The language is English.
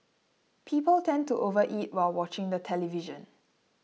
people tend to overeat while watching the television